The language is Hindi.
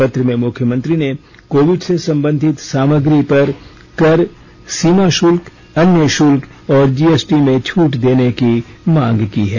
पत्र में मुख्यमंत्री ने कोविड से संबंधित सामग्री पर कर सीमा शुल्क अन्य शुल्क और जीएसटी में छूट देने की मांग की है